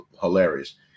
hilarious